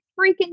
freaking